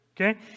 okay